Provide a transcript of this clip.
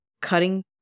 cutting